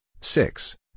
six